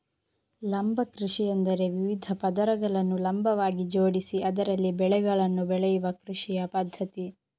ಲಂಬ ಕೃಷಿಯೆಂದರೆ ವಿವಿಧ ಪದರಗಳನ್ನು ಲಂಬವಾಗಿ ಜೋಡಿಸಿ ಅದರಲ್ಲಿ ಬೆಳೆಗಳನ್ನು ಬೆಳೆಯುವ ಕೃಷಿಯ ಪದ್ಧತಿ